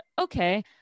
okay